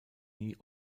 nie